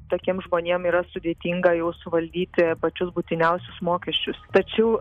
tokiem žmonėm yra sudėtinga jau suvaldyti pačius būtiniausius mokesčius tačiau